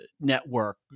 network